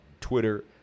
Twitter